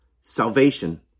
salvation